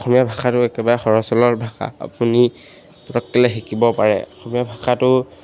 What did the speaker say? অসমীয়া ভাষাটো একেবাৰে সহজ সৰল ভাষা আপুনি পটককেনে শিকিব পাৰে অসমীয়া ভাষাটো